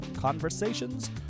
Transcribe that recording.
Conversations